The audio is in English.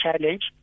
challenge